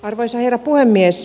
arvoisa herra puhemies